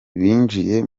binjiye